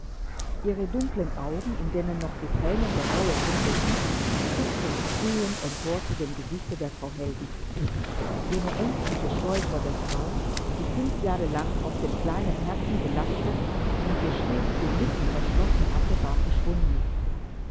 ihre dunklen augen in denen noch die thränen der reue funkelten blickten sprühend empor zu dem gesichte der frau hellwig jene ängstliche scheu vor der frau die fünf jahre lang auf dem kleinen herzen gelastet und ihr stets die lippen verschlossen hatte war verschwunden